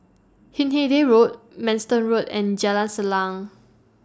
Hindhede Road Manston Road and Jalan Salang